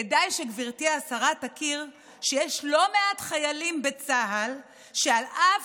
כדאי שגברתי השרה תכיר שיש לא מעט חיילים בצה"ל שעל אף